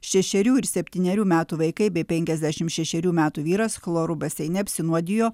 šešerių ir septynerių metų vaikai bei penkiasdešim šešerių metų vyras chloru baseine apsinuodijo